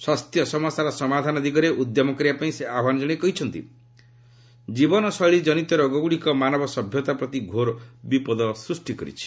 ସ୍ୱାସ୍ଥ୍ୟ ସମସ୍ୟାର ସମାଧାନ ଦିଗରେ ଉଦ୍ୟମ କରିବାପାଇଁ ସେ ଆହ୍ୱାନ ଜଣାଇ କହିଛନ୍ତି ଜୀବନଶୈଳକନିତ ରୋଗଗୁଡ଼ିକ ମାନବ ସଭ୍ୟତା ପ୍ରତି ଘୋର ବିପଦ ସୃଷ୍ଟି କରୁଛି